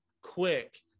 quick